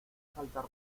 saltar